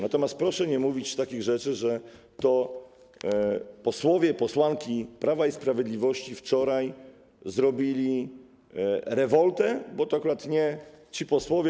Natomiast proszę nie mówić takich rzeczy, że to posłowie i posłanki Prawa i Sprawiedliwości wczoraj zrobili rewoltę, bo to akurat nie ci posłowie.